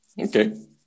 Okay